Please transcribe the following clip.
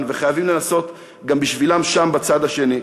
וחייבים לנסות גם בשבילם שם בצד השני.